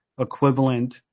equivalent